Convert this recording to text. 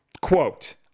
Quote